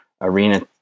arena